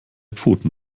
pfoten